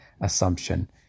assumption